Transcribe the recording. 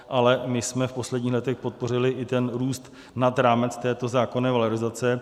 Ale my jsme v posledních letech podpořili i ten růst nad rámec této zákonné valorizace.